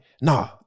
Nah